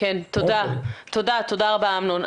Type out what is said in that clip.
תודה רבה אמנון.